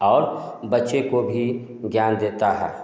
और बच्चे को भी ज्ञान देता है